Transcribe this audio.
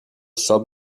sub